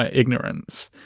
ah ignorance.